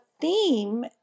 theme